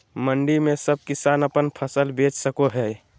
मंडी में सब किसान अपन फसल बेच सको है?